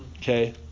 Okay